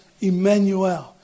Emmanuel